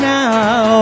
now